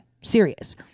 Serious